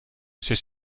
c’est